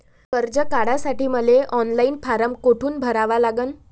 कर्ज काढासाठी मले ऑनलाईन फारम कोठून भरावा लागन?